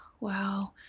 wow